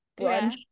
brunch